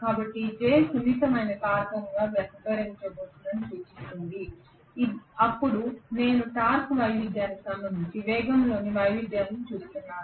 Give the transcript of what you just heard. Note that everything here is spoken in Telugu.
కాబట్టి J సున్నితమైన కారకంగా వ్యవహరించబోతోందని సూచిస్తుంది అప్పుడు నేను టార్క్ వైవిధ్యానికి సంబంధించి వేగంలోని వైవిధ్యాలను చూస్తున్నాను